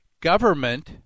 government